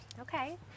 Okay